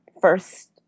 first